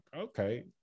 okay